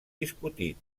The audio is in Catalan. discutit